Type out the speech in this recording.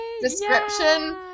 description